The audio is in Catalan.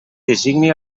designi